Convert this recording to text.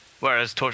Whereas